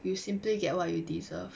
you simply get what you deserve